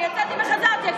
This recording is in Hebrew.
אני יצאתי וחזרתי,